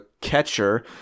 catcher